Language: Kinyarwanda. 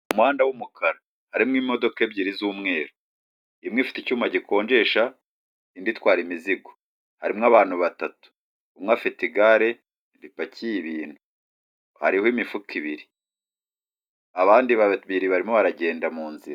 Umuhanda w'umukara harimo imodoka ebyiri z'umweru, imwe ifite icyuma gikonjesha indi itwara imizigo, harimo abantu batatu umwe afite igare ripakiye ibintu hariho imifuka ibiri, abandi babiri barimo baragenda mu nzira.